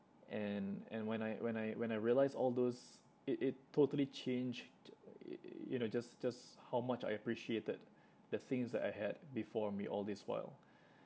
and and when I when I when I realised all those it it totally changed y~ y~ you know just just how much I appreciated the things that I had before me all this while